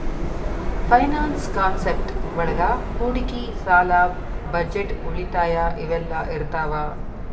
finance concept ಒಳಗ ಹೂಡಿಕಿ ಸಾಲ ಬಜೆಟ್ ಉಳಿತಾಯ ಇವೆಲ್ಲ ಇರ್ತಾವ